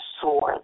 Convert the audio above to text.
sword